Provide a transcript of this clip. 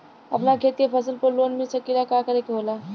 अपना खेत के फसल पर लोन मिल सकीएला का करे के होई?